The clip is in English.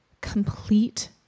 complete